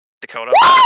Dakota